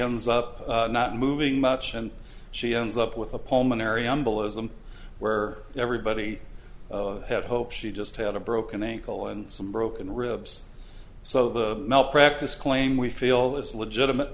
ends up not moving much and she ends up with a pulmonary embolism where everybody had hope she just had a broken ankle and some broken ribs so the malpractise claim we feel is legitimate